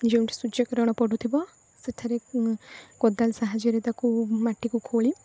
ଯେଉଁଠି ସୂର୍ଯ୍ୟକିରଣ ପଡ଼ୁଥିବ ସେଠାରେ କୋଦାଳ ସାହାଯ୍ୟରେ ତାକୁ ମାଟିକୁ ଖୋଳି